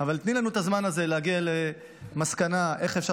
אבל תני לנו את הזמן הזה להגיע למסקנה איך אפשר